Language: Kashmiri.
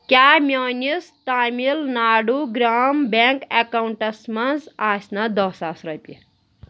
کیٛاہ میٛٲنِس تامِل ناڈوٗ گرٛام بیٚنٛک اکاونٹَس منٛز آسہِ نا دٔہ ساس رۄپیہِ؟